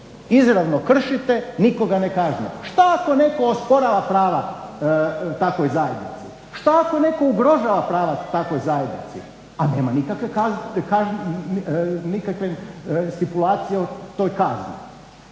izravno kršite nikoga ne kažnjava. Šta ako netko osporava prava takvoj zajednici? Šta ako netko ugrožava prava takvoj zajednici a nema nikakve stipulacije o toj kazni?